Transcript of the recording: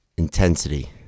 intensity